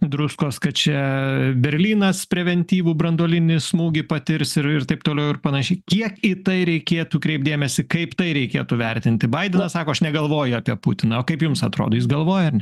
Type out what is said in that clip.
druskos kad čia berlynas preventyvų branduolinį smūgį patirs ir ir taip toliau ir panašiai kiek į tai reikėtų kreipt dėmesį kaip tai reikėtų vertinti beidenas sako aš negalvoju apie putiną o kaip jums atrodo jis galvoja ar ne